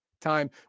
time